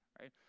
right